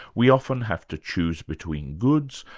we often have to choose between goods,